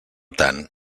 tant